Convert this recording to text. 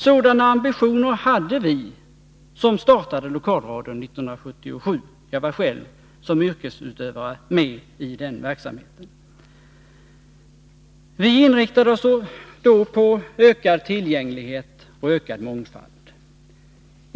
Sådana ambitioner hade vi som startade lokalradion 1977.Jag var själv som yrkesutövare med i den verksamheten. Vi inriktade oss på ökad tillgänglighet och ökad mångfald.